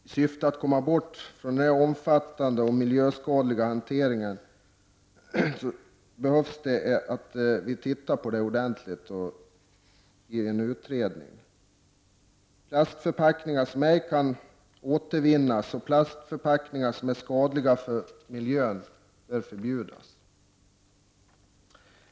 I syfte att komma bort från denna omfattande och miljöskadliga hantering är det nödvändigt att studera detta ordentligt i en utredning. Plastförpackningar som ej kan återvinnas och plastförpackningar som är skadliga för miljön bör förbjudas.